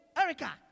Erica